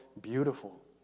beautiful